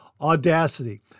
Audacity